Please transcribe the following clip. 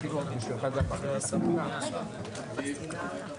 16:09.